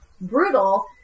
brutal